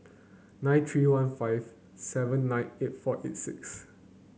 nine three one five seven nine eight four eight six